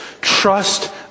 Trust